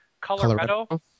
Colorado